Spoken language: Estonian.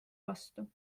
vastu